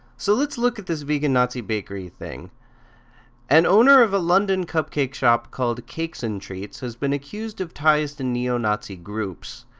so lets look at this vegan nazi bakery thing an owner of a london cupcake shop called cakes n' and treats has been accused of ties to neo-nazi groups.